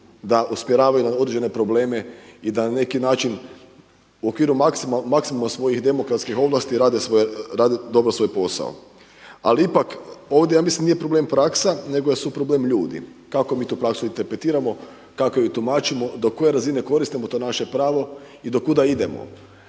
da usmjeravaju na određene probleme i da na neki način u okviru maksimuma svojih demokratskih ovlasti rade dobro svoj posao. Ali ipak ovdje ja mislim nije problem praksa, nego su problem ljudi, kako mi tu praksu interpretiramo, kako ju tumačimo, do koje razine koristimo to je naše pravo, i do kuda idemo.